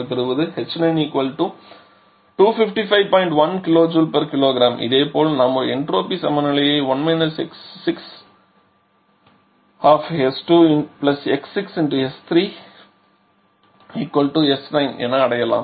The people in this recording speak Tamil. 1 kJkg இதேபோல் நாம் ஒரு என்ட்ரோபி சமநிலையை 1 x6s2x6s3s9 என அடையலாம்